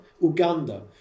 Uganda